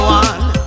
one